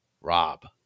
Rob